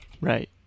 Right